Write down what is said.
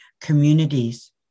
communities